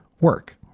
work